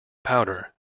powder